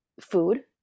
food